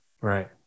Right